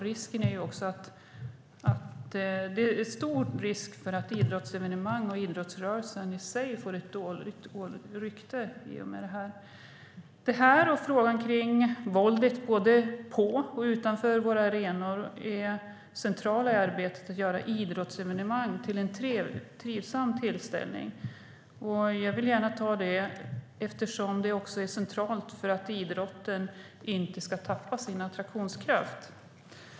Det är annars stor risk att idrottsevenemang och idrottsrörelsen i sig får ett dåligt rykte i och med det här. Det här och frågan kring våldet både på och utanför våra arenor är centralt i arbetet med att göra idrottsevenemang till trivsamma tillställningar. Jag vill gärna ta upp det eftersom det är centralt för att idrotten inte ska tappa sin attraktionskraft.